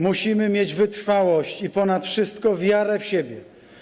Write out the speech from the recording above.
Musimy mieć wytrwałość i ponad wszystko wiarę w siebie.